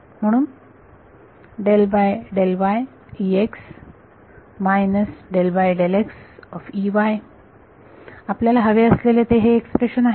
म्हणून आपल्याला हवे असलेले ते हे एक्सप्रेशन आहे